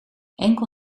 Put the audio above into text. enkel